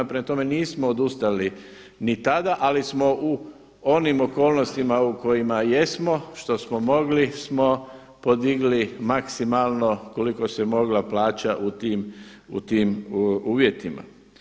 Prema tom, nismo odustali ni tada, ali smo u onim okolnostima u kojima jesmo što smo mogli smo podigli maksimalno koliko se mogla plaća u tim uvjetima.